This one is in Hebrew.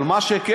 אבל מה שכן,